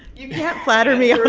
you can't flatter me yeah but